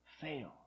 fail